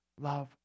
love